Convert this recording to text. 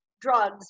drugs